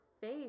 face